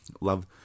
love